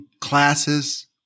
classes